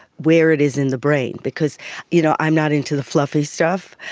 where it is in the brain. because you know i'm not into the fluffy stuff,